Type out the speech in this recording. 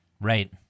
right